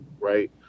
right